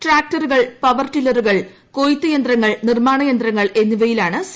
ട്രാക്ടറുകൾ പൃവർട്ടില്ല്റുകൾ കൊയ്ത്ത് യന്ത്രങ്ങൾ നിർമ്മാണ യന്ത്രങ്ങൾ എന്നിവയിലാണ് സി